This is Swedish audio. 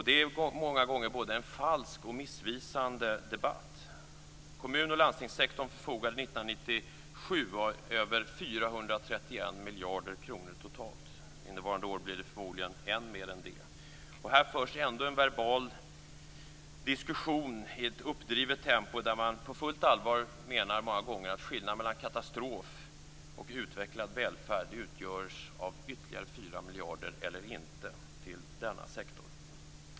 Det är många gånger en både falsk och missvisande debatt. Kommun och landstingssektorn förfogade 1997 över 431 miljarder kronor totalt. Innevarande år blir det förmodligen än mer. Här förs ändå en verbal diskussion i ett uppdrivet tempo där man på fullt allvar många gånger menar att skillnaden mellan katastrof och utvecklad välfärd utgörs av ytterligare 4 miljarder eller inte till denna sektor.